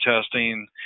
testing